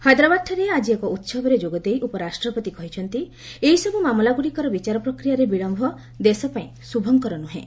ହାଇଦ୍ରାବାଦ୍ଠାରେ ଆଜି ଏକ ଉସବରେ ଯୋଗ ଦେଇ ଉପରାଷ୍ଟପତି କହିଛନ୍ତି ଏହିସବ୍ ମାମଲାଗ୍ରଡ଼ିକର ବିଚାର ପ୍ରକ୍ରିୟାରେ ବିଳମ୍ଭ ଦେଶ ପାଇଁ ଶୁଭଙ୍କର ନୁହେଁ